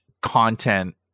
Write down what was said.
content